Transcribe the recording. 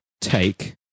take